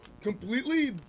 completely